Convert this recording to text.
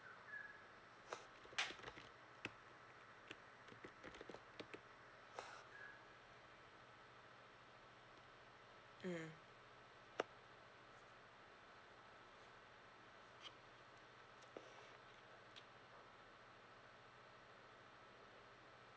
mm